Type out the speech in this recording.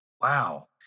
Wow